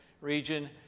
region